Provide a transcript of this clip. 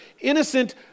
innocent